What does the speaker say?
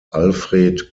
alfred